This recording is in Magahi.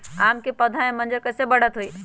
आम क पौधा म मजर म कैसे बढ़त होई?